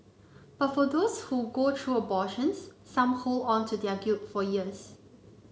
but for those who go through abortions some hold on to their guilt for years